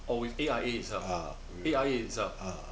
or with A_I_A itself A_I_A itself